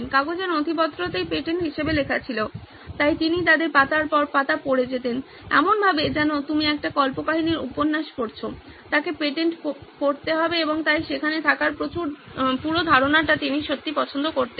কাগজের নথিপত্র তেই পেটেন্ট হিসেবে লেখা ছিল তাই তিনি তাদের পাতার পর পাতা পড়ে যেতেন এমন ভাবে যেন আপনি একটি কল্পকাহিনীর উপন্যাস পড়ছেন তাকে পেটেন্ট পড়তে হবে এবং তাই সেখানে থাকার পুরো ধারণাটি তিনি সত্যি পছন্দ করতেন